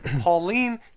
Pauline